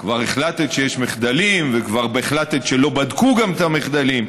כבר החלטת שיש מחדלים וכבר החלטת שלא בדקו גם את המחדלים,